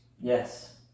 Yes